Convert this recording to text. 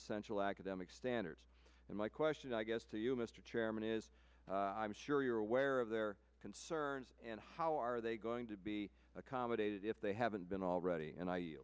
essential academic standards but my question i guess to you mr chairman is i'm sure you're aware of their concerns and how are they going to be accommodated if they haven't been already and i